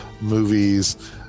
movies